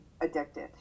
addicted